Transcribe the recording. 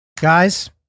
Guys